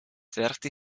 thirty